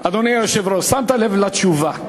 אדוני היושב-ראש, שמת לב לתשובה: